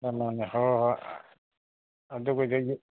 ꯀꯩꯅꯣꯅꯦ ꯍꯣꯏ ꯍꯣꯏ ꯑꯗꯨꯕꯨꯗꯤ